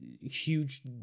huge